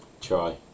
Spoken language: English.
Try